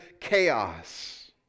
chaos